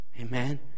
Amen